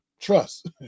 Trust